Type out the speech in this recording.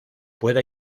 pueda